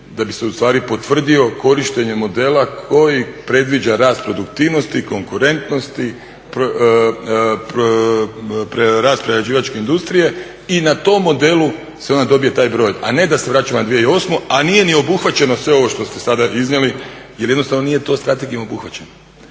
da bi se potvrdio korištenje modela koji predviđa rast produktivnosti, konkurentnosti, rast prerađivačke industrije i na tom modelu se onda dobije taj broj, a ne da se vraćamo na 2008., a nije ni obuhvaćeno sve ovo što ste sada iznijeli jer jednostavno to nije strategijom obuhvaćeno.